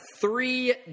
three